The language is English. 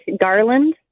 garland